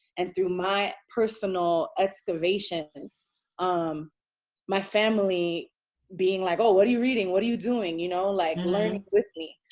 and through my personal excavation. my um my family being like, oh, what are you reading? what are you doing? you know, like learning with me.